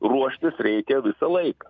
ruoštis reikia visą laiką